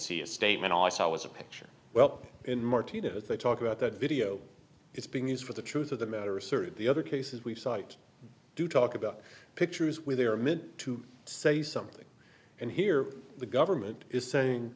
see a statement all i saw was a picture well in martino's they talk about that video is being used for the truth of the matter asserted the other cases we've cited do talk about pictures when they are meant to say something and here the government is saying